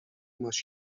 ماچ